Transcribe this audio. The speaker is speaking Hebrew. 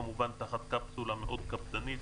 כמובן, תחת קפסולה מאוד קפדנית.